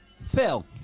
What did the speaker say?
phil